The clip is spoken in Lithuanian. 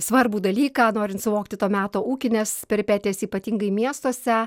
svarbų dalyką norint suvokti to meto ūkines peripetijas ypatingai miestuose